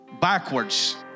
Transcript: Backwards